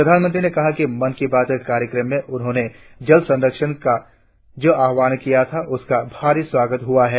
प्रधानमंत्री ने कहा कि मन की बात कार्यक्रम में उन्होंने जल संरक्षण का जो आह्वान किया था उसका भारी स्वागत हुआ है